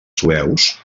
sueus